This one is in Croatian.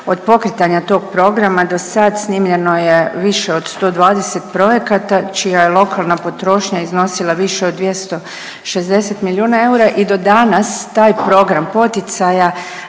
Od pokretanja tog programa do sad snimljeno je više od 120 projekata, čija je lokalna potrošnja iznosila više od 260 milijuna eura i do danas taj program poticaja